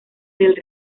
del